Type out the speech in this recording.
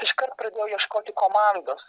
iškart pradėjau ieškoti komandos